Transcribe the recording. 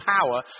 power